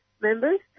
members